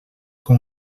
com